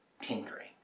tinkering